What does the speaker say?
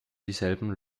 dieselben